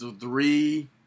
three